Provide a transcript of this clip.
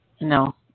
No